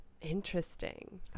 Interesting